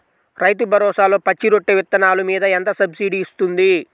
రైతు భరోసాలో పచ్చి రొట్టె విత్తనాలు మీద ఎంత సబ్సిడీ ఇస్తుంది?